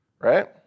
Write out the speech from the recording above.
right